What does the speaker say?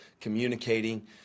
communicating